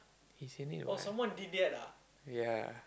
he's in it what ya